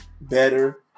Better